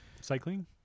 cycling